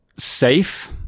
safe